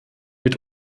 mit